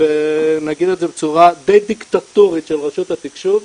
נגיד את זה בצורה די דיקטטורית, של רשות התקשוב.